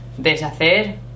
Deshacer